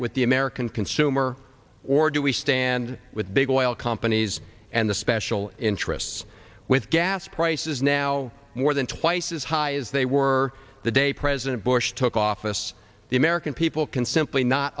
with the american consumer or do we stand with big oil companies and the special interests with gas prices now more than twice as high as they were the day president bush took office the american people can simply not